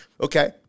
Okay